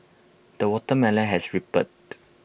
the watermelon has ripened